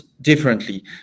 differently